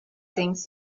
things